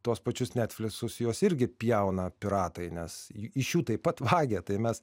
tuos pačius netfliksus juos irgi pjauna piratai nes iš jų taip pat vagia tai mes